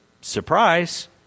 surprise